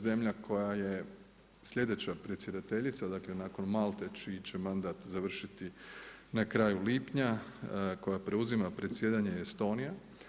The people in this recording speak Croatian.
Zemlja koja je sljedeća predsjedateljica, dakle nakon Malte čiji mandat će završiti na kraju lipnja koja preuzima predsjedanje je Estonija.